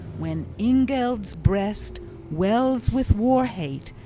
when ingeld's breast wells with war-hate,